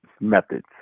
methods